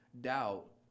doubt